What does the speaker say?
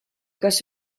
kas